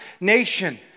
nation